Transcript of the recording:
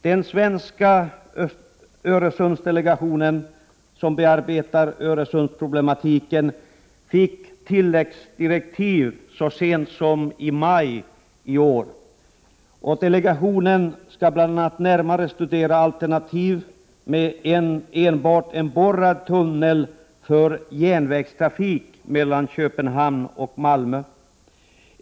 Den svenska Öresundsdelegationen, som bearbetar Öresundsproblematiken, gavs tilläggsdirektiv så sent som i maj i år. Delegationen skall bl.a. närmare studera alternativ med enbart en borrad tunnel för järnvägstrafik mellan Köpenhamn och Malmö.